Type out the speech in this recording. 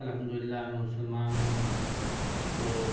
الحمد للہ میں مسلمان ہوں تو